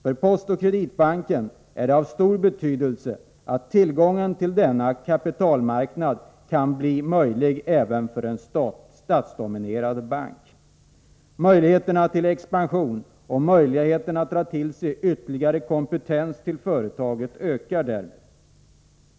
För Postoch Kreditbanken är det av stor betydelse att tillgången till denna kapitalmarknad kan bli möjlig även för en statsdominerad bank. Möjligheterna till expansion och möjligheterna att dra till sig ytterligare kompetens till företaget ökar därmed.